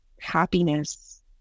happiness